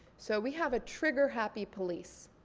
so we have a trigger happy police.